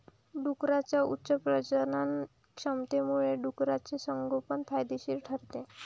डुकरांच्या उच्च प्रजननक्षमतेमुळे डुकराचे संगोपन फायदेशीर ठरते